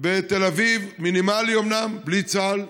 בתל אביב, מינימלי אומנם, בלי צה"ל,